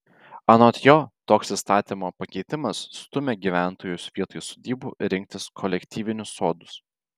anot jo toks įstatymo pakeitimas stumia gyventojus vietoj sodybų rinktis kolektyvinius sodus